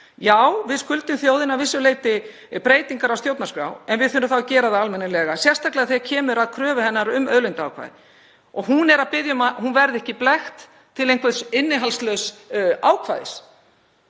já, við skuldum þjóðinni að vissu leyti breytingar á stjórnarskrá en við þurfum þá að gera þær almennilega, sérstaklega þegar kemur að kröfu hennar um auðlindaákvæðið. Hún er að biðja um að hún verði ekki blekkt til einhvers innihaldslauss ákvæðis.